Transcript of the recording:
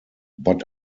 but